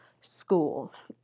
schools